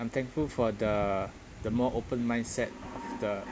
I'm thankful for the the more open mindset the